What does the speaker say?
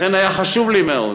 לכן היה חשוב לי מאוד